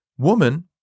Woman